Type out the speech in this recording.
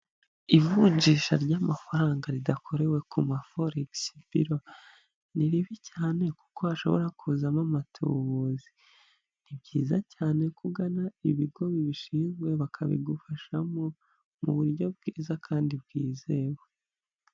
Ivunjisha ry'amafaranga ridakorewe ku ma foregisi biro ni ribi cyane kuko hashobora kuzamo amatubuzi. Ni byiza cyane ko ugana ibigo bibishinzwe bakabigufashamo mu buryo bwiza kandi bwizewe.